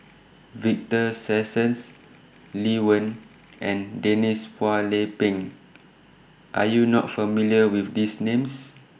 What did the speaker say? Victor Sassoon's Lee Wen and Denise Phua Lay Peng Are YOU not familiar with These Names